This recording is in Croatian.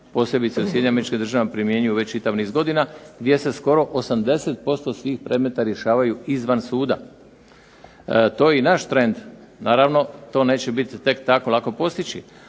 posebice u Sjedinjenim Američkim Državama primjenjuju već čitav niz godina, gdje se skoro 80% svih predmeta rješavaju izvan suda. To je i naš trend, naravno to neće biti tek tako lako postići,